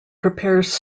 prepares